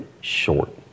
short